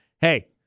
hey